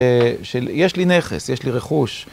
של יש לי נכס, יש לי רכוש.